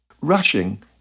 Rushing